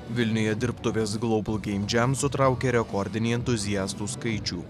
vilniuje dirbtuvės global geim džem sutraukė rekordinį entuziastų skaičių